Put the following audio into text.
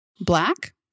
Black